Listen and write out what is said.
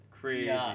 crazy